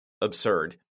absurd